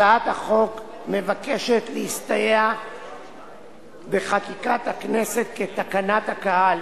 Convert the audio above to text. הצעת החוק מבקשת להסתייע בחקיקת הכנסת כתקנת הקהל